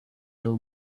low